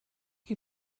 you